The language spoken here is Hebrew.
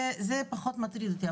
זה פחות מטריד אותי.